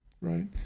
right